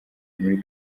muri